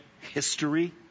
history